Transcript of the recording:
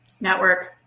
Network